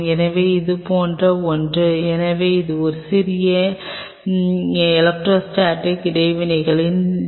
எனவே இது போன்ற ஒன்று எனவே ஒரு சிறிய எலெக்ட்ரோஸ்டாடிக் இடைவினைகள் டி